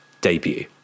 debut